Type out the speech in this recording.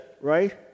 right